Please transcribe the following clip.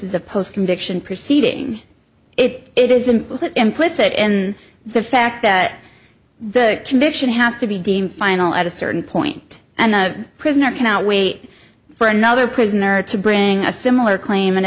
is a post conviction proceeding it is an implicit in the fact that the conviction has to be deemed final at a certain point and the prisoner cannot wait for another prisoner to bring a similar claim and